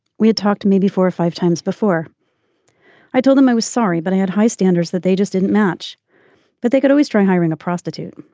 we had talked to maybe four or five times before i told them i was sorry but i had high standards that they just didn't match but they could always try hiring a prostitute.